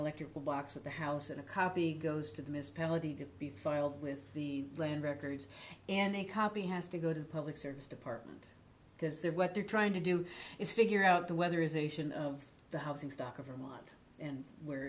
electrical box of the house and a copy goes to the missed penalty to be filed with the land records and a copy has to go to the public service department because there what they're trying to do is figure out the weather is ation of the housing stock of the lot and where